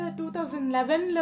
2011